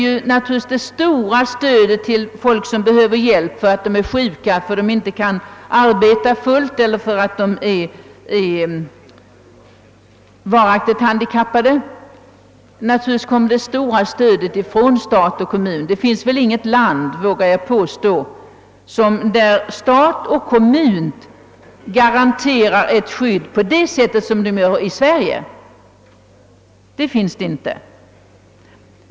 Självklart kommer det stora stödet till folk som behöver hjälp för att de är sjuka, för att de inte kan arbeta fullt eller för att de är varaktigt handikappade, ifrån stat och kommun. Jag vågar påstå att det inte finns något land där stat och kommun garanterar skydd åt de handikappade på samma sätt som i Sverige.